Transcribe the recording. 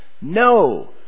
No